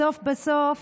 בסוף בסוף